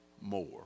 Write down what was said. more